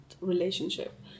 relationship